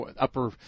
upper